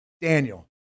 Daniel